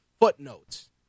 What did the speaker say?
footnotes